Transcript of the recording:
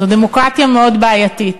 זו דמוקרטיה מאוד בעייתית.